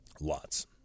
Lots